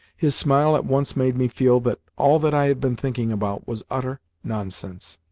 his smile at once made me feel that all that i had been thinking about was utter nonsense.